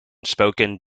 spoken